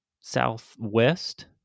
southwest